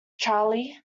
charley